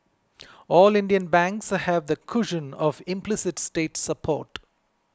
all Indian banks have the cushion of implicit state support